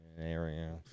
area